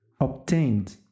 obtained